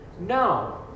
No